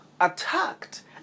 attacked